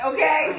Okay